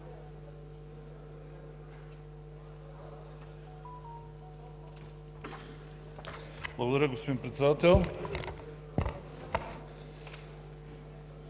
Благодаря, госпожо Председател.